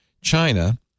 China